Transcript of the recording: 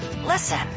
Listen